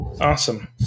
Awesome